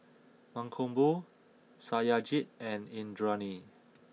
Mankombu Satyajit and Indranee